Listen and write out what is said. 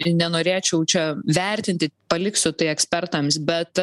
nenorėčiau čia vertinti paliksiu tai ekspertams bet